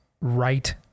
right